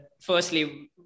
Firstly